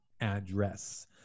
address